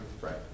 right